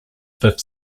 fifth